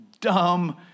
dumb